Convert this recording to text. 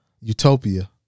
Utopia